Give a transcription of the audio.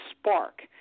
spark